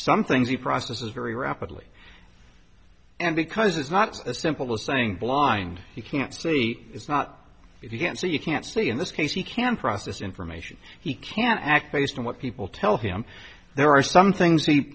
some things he processes very rapidly and because it's not a simple saying blind you can't see it's not if you can't so you can't see in this case he can process information he can't act based on what people tell him there are some things he